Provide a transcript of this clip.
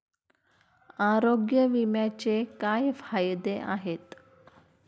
आरोग्य विम्याचे काय फायदे आहेत?